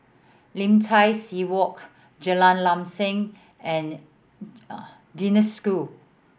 Lim Tai See Walk Jalan Lam Sam and Genesis School